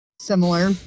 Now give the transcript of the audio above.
similar